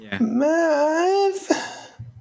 math